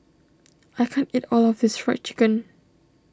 I can't eat all of this Fried Chicken